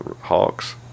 Hawks